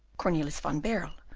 cornelius van baerle,